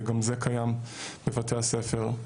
וגם זה קיים בבתי הספר.